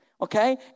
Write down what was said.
Okay